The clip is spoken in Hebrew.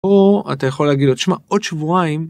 או אתה יכול להגיד לו תשמע עוד שבועיים.